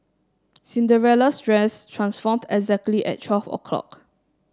Cinderella's dress transformed exactly at twelve o'clock